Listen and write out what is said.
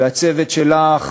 והצוות שלך,